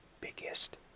biggest